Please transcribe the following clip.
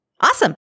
Awesome